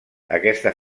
aquesta